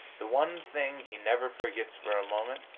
the one thing he never forgets for a moment,